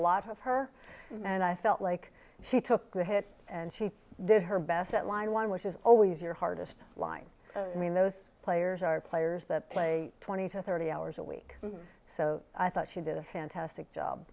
lot of her and i felt like she took the hit and she did her best at line one which is always your hardest line i mean those players are players that play twenty to thirty hours a week so i thought she did a fantastic